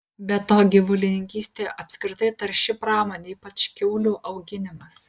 be to gyvulininkystė apskritai tarši pramonė ypač kiaulių auginimas